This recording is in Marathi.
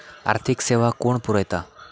आर्थिक सेवा कोण पुरयता?